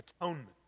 atonement